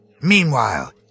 Meanwhile